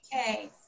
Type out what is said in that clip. Okay